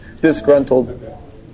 Disgruntled